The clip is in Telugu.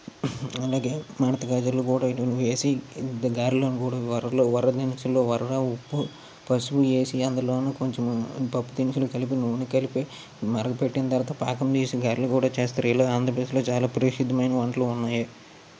అలాగే మడత కజాలను కూడా వేసి గారెలను కూడా వర వర దినుసులు ఒరవ్వ ఉప్పు పసుపు వేసి అందులోనూ కొంచెం పప్పు దినుసులు కలిపి నూనె కలిపి మరగపెట్టిన తర్వాత పాకం వేసి గారెలు కూడా చేస్తారు ఇలా ఆంధ్రప్రదేశ్లో చాలా ప్రసిద్దమయిన వంటలు ఉన్నాయి